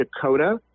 Dakota